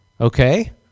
Okay